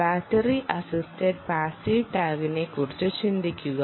battery assisted passive ടാഗിനെക്കുറിച്ച് ചിന്തിക്കുക